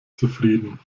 zufrieden